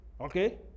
Okay